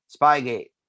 Spygate